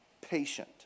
patient